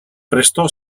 prestò